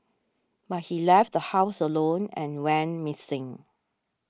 but he left the house alone and went missing